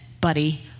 buddy